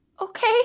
Okay